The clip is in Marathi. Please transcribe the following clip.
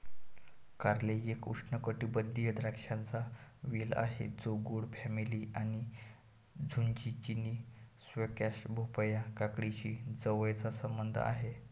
कारले एक उष्णकटिबंधीय द्राक्षांचा वेल आहे जो गोड फॅमिली आणि झुचिनी, स्क्वॅश, भोपळा, काकडीशी जवळचा संबंध आहे